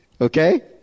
okay